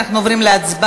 אנחנו עוברים להצבעה.